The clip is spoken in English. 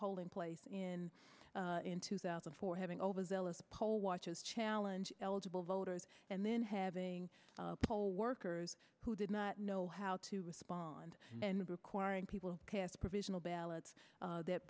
polling place in in two thousand for having overzealous poll watchers challenge eligible voters and then having poll workers who did not know how to respond and requiring people cast provisional ballots